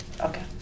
Okay